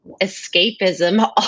escapism